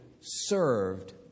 served